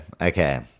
Okay